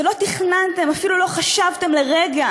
ולא תכננתם, אפילו לא חשבתם לרגע